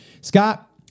Scott